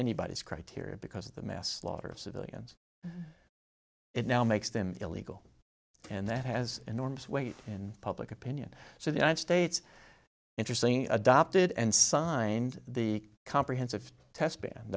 anybody's criteria because of the mass slaughter of civilians it now makes them illegal and that has enormous weight in public opinion so the united states interesting adopted and signed the comprehensive test ban